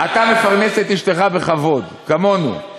אתה מפרנס את אשתך בכבוד, כמונו,